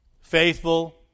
faithful